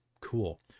cool